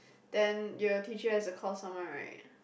then your teacher has to call someone right